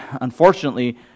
unfortunately